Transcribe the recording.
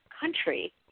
country